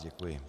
Děkuji.